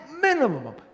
minimum